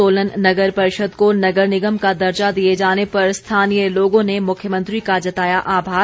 सोलन नगर परिषद को नगर निगम का दर्जा दिए जाने पर स्थानीय लोगों ने मुख्यमंत्री का जताया आभार